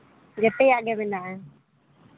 ᱡᱮᱛᱮᱭᱟᱜ ᱜᱮ ᱢᱮᱱᱟᱜᱼᱟ